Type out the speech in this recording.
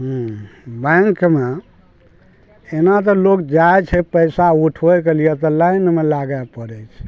हूँ बैंकमे एना तऽ लोक जाइ छै पैसा उठबैके लिए तऽ लाइनमे लागै पड़ै छै